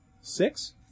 six